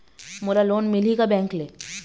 मोला लोन मिलही का बैंक ले?